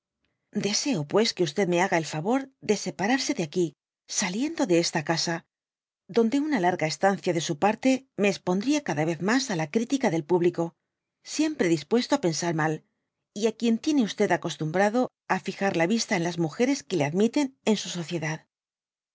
deseo pues que me haga el iayor de separarse de aquí saliendo de esta casa donde una larga estancia de su parte me espondría cada tez mas á la critica del público siempre dispuesto á pensar mal y á quien tiene acostumbrado á fijar la yista en las múgere que le admiten en su